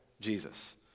Jesus